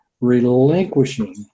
relinquishing